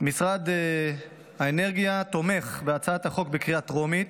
משרד האנרגיה תומך בהצעת החוק בקריאה טרומית